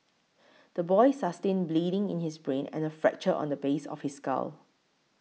the boy sustained bleeding in his brain and a fracture on the base of his skull